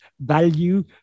value